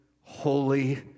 holy